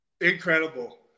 Incredible